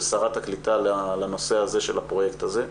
שרת הקליטה לנושא הזה של הפרויקט הזה.